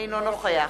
אינו נוכח